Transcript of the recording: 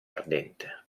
ardente